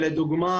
לדוגמה,